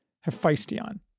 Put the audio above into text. Hephaestion